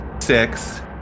six